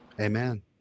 Amen